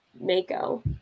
mako